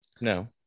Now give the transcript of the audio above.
no